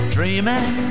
Dreaming